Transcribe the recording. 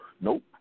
Nope